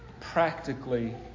practically